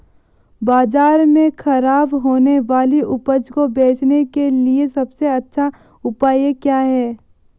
बाजार में खराब होने वाली उपज को बेचने के लिए सबसे अच्छा उपाय क्या हैं?